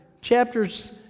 chapters